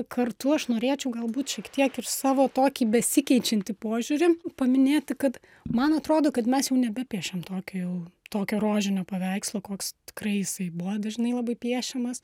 kartu aš norėčiau galbūt šiek tiek ir savo tokį besikeičiantį požiūrį paminėti kad man atrodo kad mes jau nebepiešiam tokio jau tokio rožinio paveikslo koks tikrai jisai buvo dažnai labai piešiamas